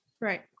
Right